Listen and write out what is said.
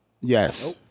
yes